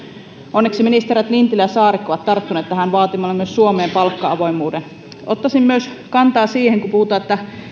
onneksi ministerit lintilä ja saarikko ovat tarttuneet tähän vaatimalla myös suomeen palkka avoimuuden ottaisin myös kantaa siihen kun puhutaan